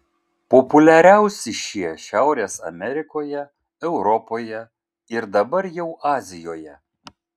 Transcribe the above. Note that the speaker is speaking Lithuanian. populiariausi šie šiaurės amerikoje europoje ir dabar jau azijoje